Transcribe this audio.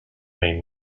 hay